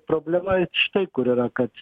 problema štai kur yra kad